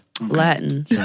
Latin